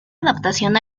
adaptación